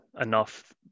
enough